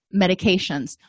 medications